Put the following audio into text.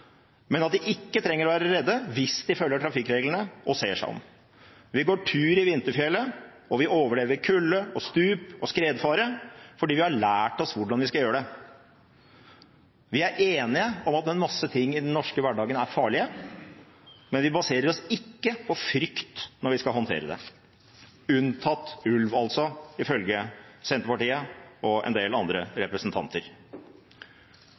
men at de ikke trenger å være redde hvis de følger trafikkreglene og ser seg om. Vi går tur i vinterfjellet, og vi overlever kulde, stup og skredfare fordi vi har lært oss hvordan vi skal gjøre det. Vi er enige om at en masse ting i den norske hverdagen er farlige, men vi baserer oss ikke på frykt når vi skal håndtere det – unntaket er altså ulv, ifølge Senterpartiet og en del andre